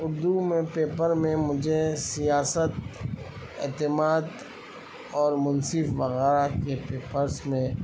اردو میں پیپر میں مجھے سیاست اعتماد اور منصف وغیرہ کے پیپرس میں